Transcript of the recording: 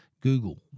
Google